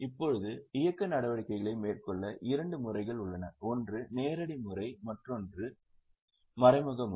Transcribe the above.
இப்போது இயக்க நடவடிக்கைகளைப் மேற்கொள்ள இரண்டு முறைகள் உள்ளன ஒன்று நேரடி முறை மற்றொன்று மறைமுக முறை